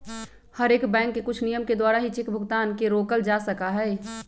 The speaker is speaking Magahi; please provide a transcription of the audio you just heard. हर एक बैंक के कुछ नियम के द्वारा ही चेक भुगतान के रोकल जा सका हई